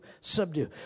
subdue